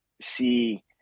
see